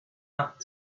out